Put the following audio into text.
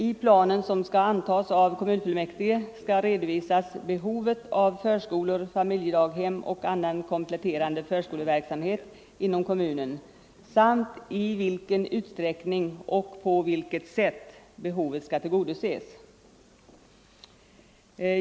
I planen, som skall antas av kommunfullmäktige, skall redovisas behovet av förskolor, familjedaghem och annan kompletterande förskoleverksamhet inom kommunen samt i vilken utsträckning och på vilket sätt behovet skall tillgodoses.